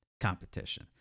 competition